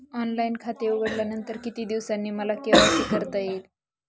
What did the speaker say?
Online खाते उघडल्यानंतर किती दिवसांनी मला के.वाय.सी करता येईल?